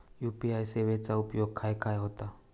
UPI सेवेचा उपयोग खाय खाय होता?